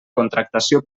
contractació